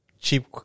cheap